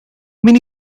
mini